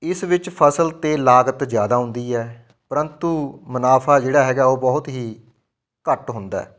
ਇਸ ਵਿੱਚ ਫਸਲ ਅਤੇ ਲਾਗਤ ਜ਼ਿਆਦਾ ਆਉਂਦੀ ਹੈ ਪਰੰਤੂ ਮੁਨਾਫਾ ਜਿਹੜਾ ਹੈਗਾ ਉਹ ਬਹੁਤ ਹੀ ਘੱਟ ਹੁੰਦਾ ਹੈ